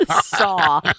Saw